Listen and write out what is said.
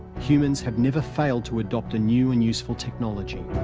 humans have never failed to adopt a new and useful technology.